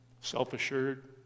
self-assured